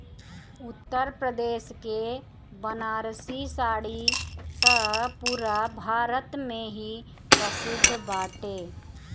उत्तरप्रदेश के बनारसी साड़ी त पुरा भारत में ही प्रसिद्ध बाटे